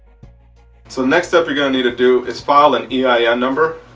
so next step you're going to need to do is file an yeah yeah ein number.